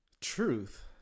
Truth